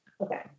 okay